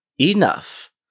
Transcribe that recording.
enough